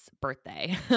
birthday